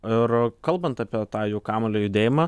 ir kalbant apie tą jų kamuolio judėjimą